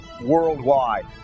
worldwide